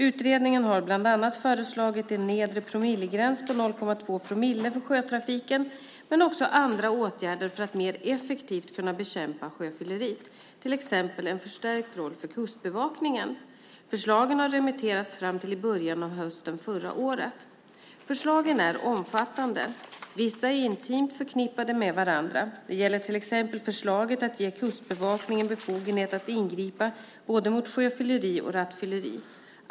Utredningen har bland annat föreslagit en nedre promillegräns på 0,2 promille för sjötrafiken men också andra åtgärder för att mer effektivt kunna bekämpa sjöfylleriet, till exempel en förstärkt roll för Kustbevakningen. Förslagen har remitterats fram till i början av hösten förra året. Förslagen är omfattande. Vissa är intimt förknippade med varandra. Det gäller till exempel förslaget att ge Kustbevakningen befogenhet att ingripa mot både sjöfylleri och rattfylleri.